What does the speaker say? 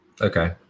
Okay